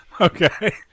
Okay